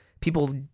people—